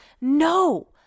No